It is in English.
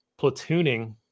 platooning